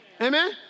Amen